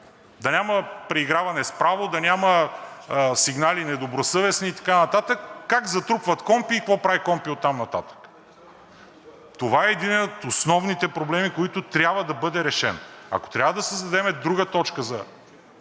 да няма преиграване с право, да няма недобросъвестни сигнали и така нататък, как затрупват КПКОНПИ и какво прави КПКОНПИ оттам нататък! Това е единият от основните проблеми, който трябва да бъде решен. Ако трябва, да създадем друга точка за